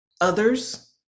others